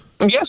yes